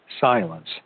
silence